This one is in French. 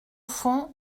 fond